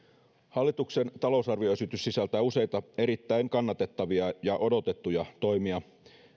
hallituksen talousarvioesitys sisältää useita erittäin kannatettavia ja odotettuja toimia